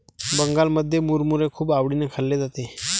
बंगालमध्ये मुरमुरे खूप आवडीने खाल्ले जाते